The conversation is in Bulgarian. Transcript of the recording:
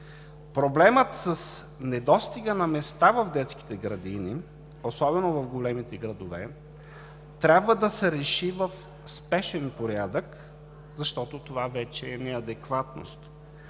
Проблемът с недостига на места в детските градини, особено в големите градове, трябва да се реши в спешен порядък, защото това вече е неадекватност.